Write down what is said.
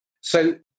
So-